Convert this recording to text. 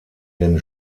den